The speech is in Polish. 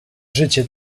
życie